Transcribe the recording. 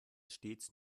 stets